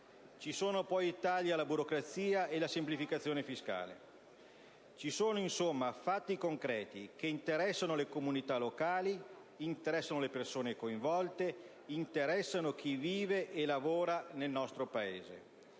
Ci sono poi i tagli alla burocrazia e la semplificazione fiscale. Ci sono insomma fatti concreti che interessano le comunità locali, le persone coinvolte, chi vive e lavora nel nostro Paese.